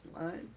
lunch